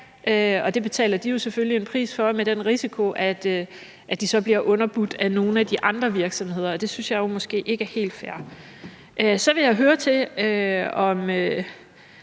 og det betaler de jo selvfølgelig en pris for med den risiko, at de så bliver underbudt af nogle af de andre virksomheder, og det synes jeg jo måske ikke er helt fair. Så vil jeg høre, hvad